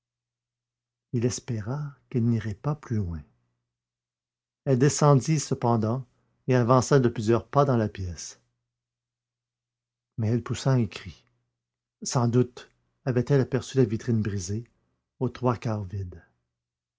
il espéra qu'elle n'irait pas plus loin elle descendit cependant et avança de plusieurs pas dans la pièce mais elle poussa un cri sans doute avait-elle aperçu la vitrine brisée aux trois quarts vide